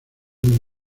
buen